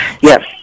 Yes